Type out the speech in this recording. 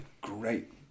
great